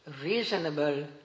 reasonable